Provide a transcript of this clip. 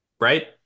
Right